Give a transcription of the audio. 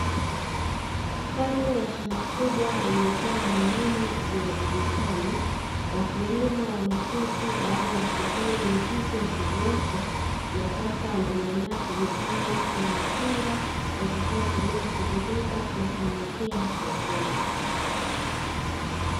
Kando ya shamba kubwa lililokuwa limelimwa viazi vitamu. Wakulima wameketi baada ya shughuli nzito ya kuviosha na sasa wanajiandaa kuvipanga kwenye matenga, yatakayotumika kuvibeba na kuelekea sokoni.